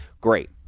great